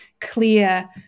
clear